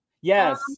yes